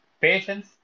patience